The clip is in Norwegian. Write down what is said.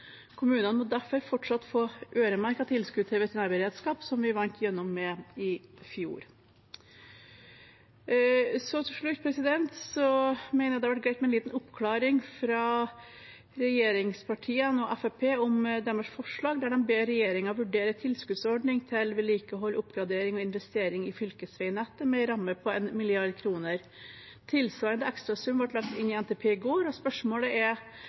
Kommunene må derfor fortsatt få øremerket tilskudd til veterinærberedskap, noe som vi fikk igjennom i fjor. Til slutt: Jeg mener det hadde vært greit med en liten oppklaring fra regjeringspartiene og Fremskrittspartiet om forslaget deres der de ber regjeringen vurdere en tilskuddsordning for vedlikehold, oppgradering og investering i fylkesveinettet med en ramme på 1 mrd. kr. Tilsvarende ekstrasum ble lagt inn i NTP i går, og spørsmålet er: